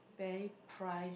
very price